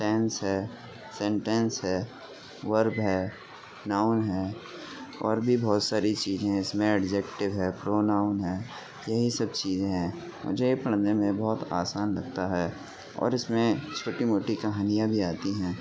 tennis ہے sentence ہے verb ہے ناؤن ہے اور بھی بہت ساری چیزیں اس میں ایڈجیکٹو ہے پروناؤن ہے یہی سب چیزیں ہیں مجھے پڑھنے میں بہت آسان لگتا ہے اور اس میں چھوٹی موٹی کہانیاں بھی آتی ہیں